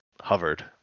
hovered